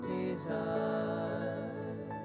desire